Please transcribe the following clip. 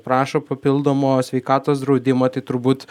prašo papildomo sveikatos draudimo tai turbūt